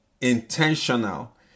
intentional